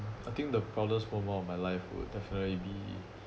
I think the proudest moment of my life would definitely be